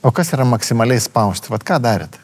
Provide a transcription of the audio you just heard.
o kas yra maksimaliai spausti vat ką darėt